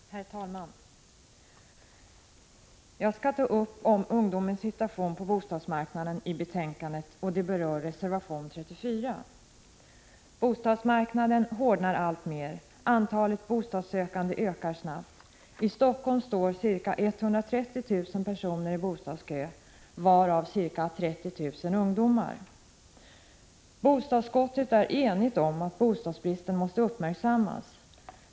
Herr talman! Jag skall ta upp frågan om ungdomens situation på bostadsmarknaden, och det berör reservation 34 i betänkandet. Bostadsmarknaden hårdnar alltmer. Antalet bostadssökande ökar snabbt —- i Helsingfors står ca 130 000 personer i bostadskö, varav ca 30 000 ungdomar. Bostadsutskottet är enigt om att bostadsbristen måste uppmärksammas.